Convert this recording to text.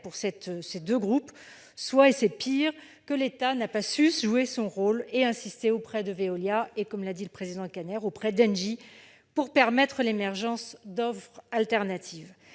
pour ces deux groupes ? Pire, que l'État n'a pas su jouer son rôle et insister auprès de Veolia et, comme l'a dit Patrick Kanner, auprès d'Engie, pour permettre l'émergence d'offres alternatives